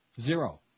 zero